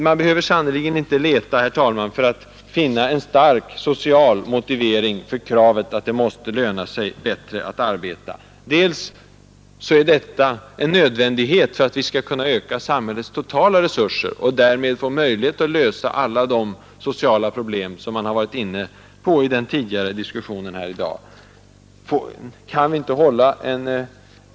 Man behöver inte leta för att finna en stark social motivering för kravet att det måste löna sig bättre att arbeta. Dels är detta en nödvändighet för att vi skall kunna öka samhällets totala resurser och därmed få möjlighet att lösa alla de sociala problem som man har varit inne på i den tidigare diskussionen här i dag.